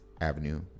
Avenue